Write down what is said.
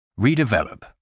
redevelop